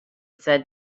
said